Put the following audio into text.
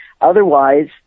Otherwise